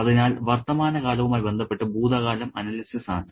അതിനാൽ വർത്തമാനകാലവുമായി ബന്ധപ്പെട്ട ഭൂതകാലം അനലെപ്സിസ് ആണ്